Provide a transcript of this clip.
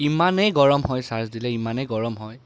ইমানেই গৰম হয় চাৰ্জ দিলে ইমানেই গৰম হয়